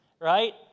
right